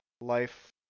life